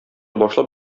башлап